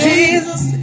Jesus